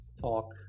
talk